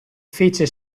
fece